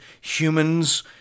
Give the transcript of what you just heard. humans